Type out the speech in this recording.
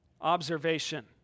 observation